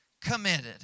committed